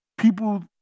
People